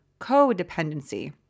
codependency